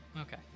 Okay